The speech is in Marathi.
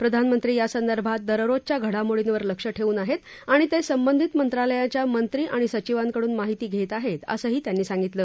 प्रधानमंत्री यासंदर्भात दररोजच्या घडामोडींवर लक्ष ठेवून आहेत आणि ते संबंधित मंत्रालयाच्या मंत्री आणि सचिवांकडून माहिती घेत आहेत असंही त्यांनी सांगितलं